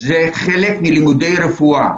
וזה חלק מלימודי רפואה.